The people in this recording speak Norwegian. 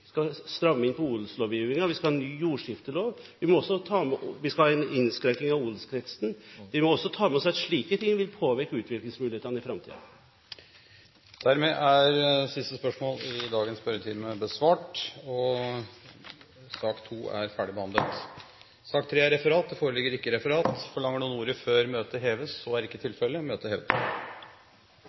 vi skal stramme inn på odelslovgivingen – vi skal ha en innskrenking av odelskretsen – og vi skal ha en ny jordskiftelov. Vi må også ta med oss at slike ting vil påvirke utviklingsmulighetene i framtiden. Disse spørsmålene er utsatt til neste spørretime. Sak nr. 2 er dermed ferdigbehandlet. Det foreligger ikke noe referat. Dermed er dagens kart ferdigbehandlet. Forlanger noen ordet før møtet heves? – Møtet er hevet.